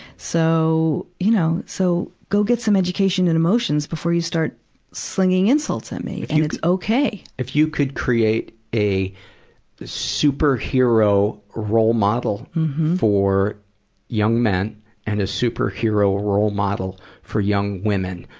so, you know, so go get some education in emotions before you start slinging insults at me. and it's okay. if you could create a superhero role model for young men and a superhero role model for young women,